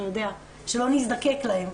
שלא נזדקק להן.